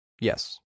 Yes